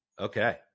Okay